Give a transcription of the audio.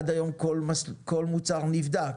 עד היום כל מוצר נבדק.